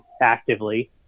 actively